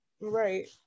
Right